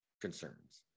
concerns